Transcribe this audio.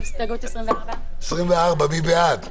הסתייגות מס' 17. מי בעד ההסתייגות?